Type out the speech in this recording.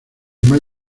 más